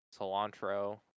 cilantro